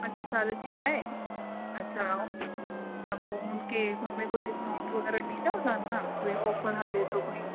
पंज साल जी आहे अछा त पोइ उनखे हुनमें कोई डिस्काउंट वग़ैरह ॾींदा या न कोई ऑफर हले थो कोई